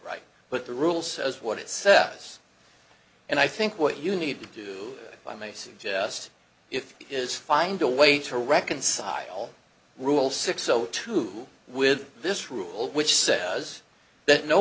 right but the rule says what it says and i think what you need to do by may suggest if is find a way to reconcile rule six so too with this rule which says